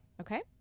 Okay